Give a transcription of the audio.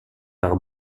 par